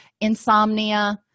insomnia